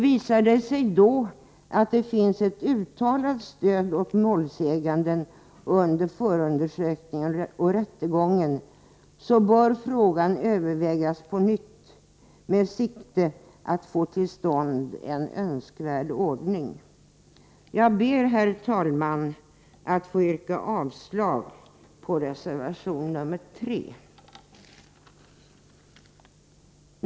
Visar det sig då att det finns ett uttalat behov av juridiskt biträde som stöd åt målsäganden under förundersökningen och rättegången, bör frågan övervägas på nytt, med sikte på att få till stånd en önskvärd ordning. Jag ber, herr talman, att få yrka avslag på reservation 3.